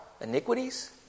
iniquities